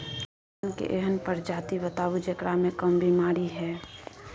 धान के एहन प्रजाति बताबू जेकरा मे कम बीमारी हैय?